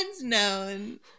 known